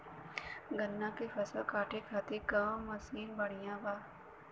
गन्ना के फसल कांटे खाती कवन मसीन बढ़ियां बा?